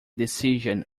decision